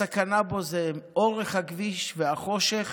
הסכנה בו היא אורך הכביש, החושך